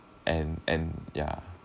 and and ya